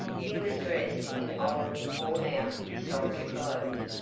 he was dressed in old, worn-out, soldier clothes,